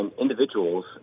individuals